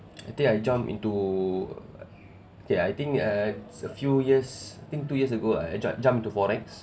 I think I jumped into err okay I think uh it's a few years I think two years ago uh I jumped into FOREX